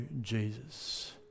Jesus